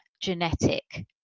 genetic